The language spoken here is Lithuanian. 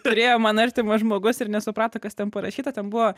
turėjo man artimas žmogus ir nesuprato kas ten parašyta ten buvo